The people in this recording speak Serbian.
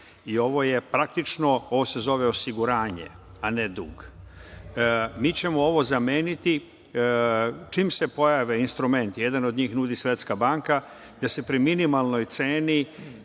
i ovo je praktično, i ovo se zove osiguranje, a ne dug. Mi ćemo ovo zameniti čim se pojave instrumenti. Jedan od njih nudi Svetska banka, gde se pri minimalnoj ceni